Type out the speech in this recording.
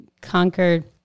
conquered